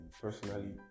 personally